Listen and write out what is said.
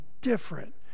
different